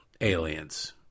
aliens